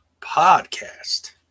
Podcast